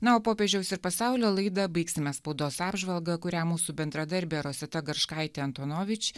na o popiežiaus ir pasaulio laidą baigsime spaudos apžvalga kurią mūsų bendradarbė rosita garškaitė antonovič